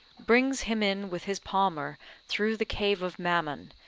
brings him in with his palmer through the cave of mammon,